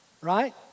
right